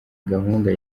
gahunda